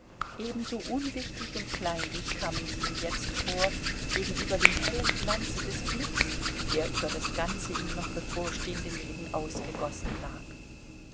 ebenso unwichtig und kleinlich kamen sie ihm jetzt vor gegenüber dem hellen glanze des glücks der über das ganze ihm noch bevorstehende leben ausgegossen lag